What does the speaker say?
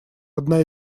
одна